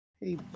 hey